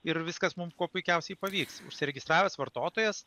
ir viskas mum kuo puikiausiai pavyks užsiregistravęs vartotojas